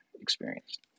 experienced